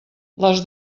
les